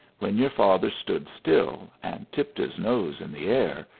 when your father stood still, and tipped his nose in the air,